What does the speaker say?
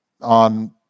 on